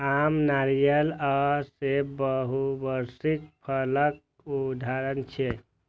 आम, नारियल आ सेब बहुवार्षिक फसलक उदाहरण छियै